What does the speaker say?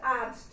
add